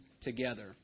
together